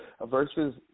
versus